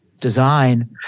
design